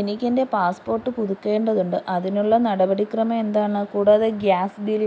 എനിക്കെൻ്റെ പാസ്പോട്ട് പുതുക്കേണ്ടതുണ്ട് അതിനുള്ള നടപടിക്രമം എന്താണ് കൂടാതെ ഗ്യാസ് ബിൽ